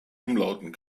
umlauten